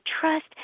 trust